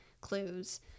clues